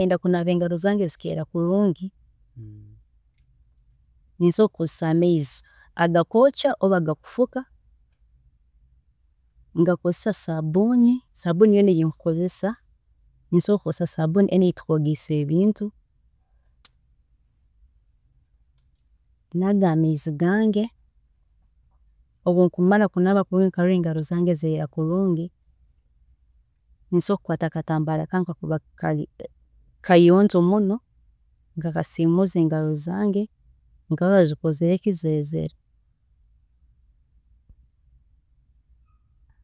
﻿Obu nkwenda kunaba engaro zange zikeera kulungi, nsobola kukozesa amaizi agakwokya, oba agakufuka, nkakozesa sabuuni, sabuuni yoona eyi nkukozesa, nsobola kukozesa sabuuni eyeeri kwojya ebintu, aga amaizi gange, obu nkumara kunaaba nkarola engaro zange zikera kulungi, nsobola kukwaata akatambaala kange akari akayonjo muno, nkakasiimuuza engaro zange nkarola zikozire ki, zeezire kulungi